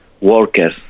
workers